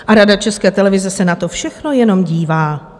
A Rada České televize se na to všechno jenom dívá.